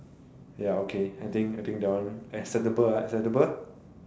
ya okay I think I think that one acceptable acceptable